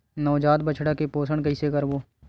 नवजात बछड़ा के पोषण कइसे करबो?